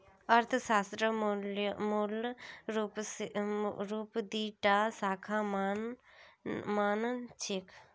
अर्थशास्त्रक मूल रूपस दी टा शाखा मा न छेक